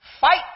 fight